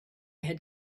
had